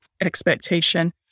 expectation